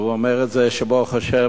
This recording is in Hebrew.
והוא אומר שברוך השם,